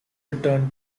return